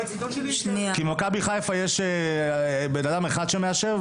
כי מכבי חיפה יש בנאדם אחד שמאשר,